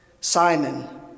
Simon